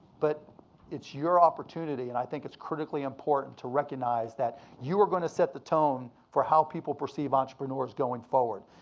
but it's your opportunity, and i think it's critically important to recognize that you are gonna set the tone for how people perceive entrepreneurs going forward.